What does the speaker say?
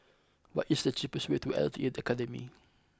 what is the cheapest way to L T A Academy